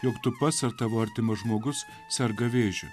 jog tu pats ar tavo artimas žmogus serga vėžiu